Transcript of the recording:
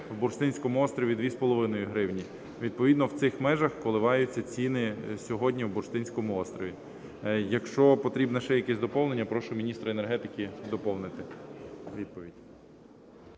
в Бурштинському острові 2,5 гривні. Відповідно в цих межах коливаються ціни сьогодні в Бурштинському острові. Якщо потрібні ще якісь доповнення, прошу міністра енергетики доповнити